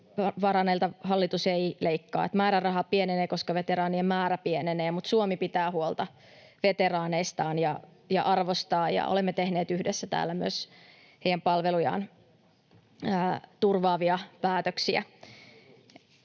Veteraaneilta hallitus ei leikkaa. Määräraha pienenee, koska veteraanien määrä pienenee, mutta Suomi pitää huolta veteraaneistaan ja arvostaa, ja olemme tehneet yhdessä täällä myös heidän palvelujaan turvaavia päätöksiä.